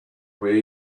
where